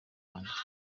wanjye